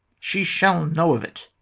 she shall know of it,